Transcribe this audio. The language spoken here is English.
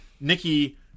Nikki